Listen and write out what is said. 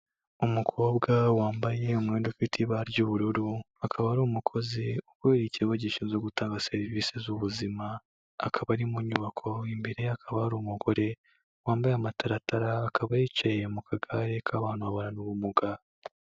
Umukobwa wambaye umwenda ufite ibara ry'ubururu akaba ari umukozi ukorera ikigo gishinzwe gutanga serivisi z'ubuzima akaba ari mu nyubako imbere akaba ari umugore wambaye amataratara akaba yicaye mu kagare k'abantu babana n'ubumuga.